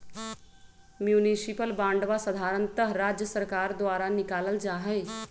municipal बांडवा साधारणतः राज्य सर्कार द्वारा निकाल्ल जाहई